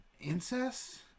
incest